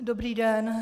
Dobrý den.